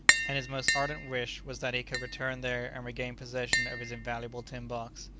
and his most ardent wish was that he could return there and regain possession of his invaluable tin box.